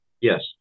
Yes